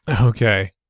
Okay